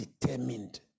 determined